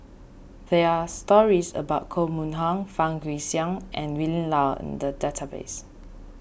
there are stories about Koh Mun Hong Fang Guixiang and Willin Low in the database